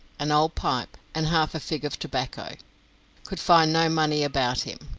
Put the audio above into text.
and old pipe, and half a fig of tobacco could find no money about him.